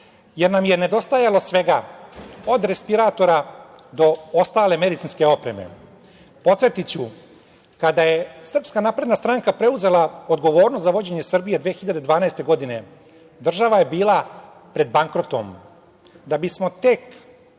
jer nam je nedostajalo svega, od respiratora do ostale medicinske opreme. Podsetiću, kada je SNS preuzela odgovornost za vođenje Srbije 2012. godine, država je bila pred bankrotom, da bismo tek